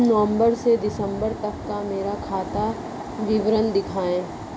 नवंबर से दिसंबर तक का मेरा खाता विवरण दिखाएं?